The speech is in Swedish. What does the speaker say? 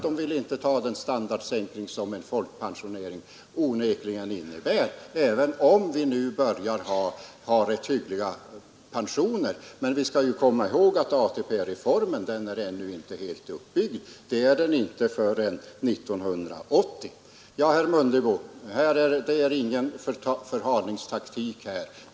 De vill inte ta den standardsänkning som en folkpensionering onekligen innebär, även om ni nu börjar få rätt hyggliga pensioner. Men vi skall komma ihåg att ATP-reformen ännu inte är helt uppbyggd. Det är den inte förrän 1980. Vi tillämpar ingen förhalningstaktik, herr Mundebo.